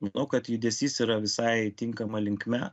manau kad judesys yra visai tinkama linkme